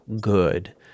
good